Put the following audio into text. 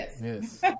Yes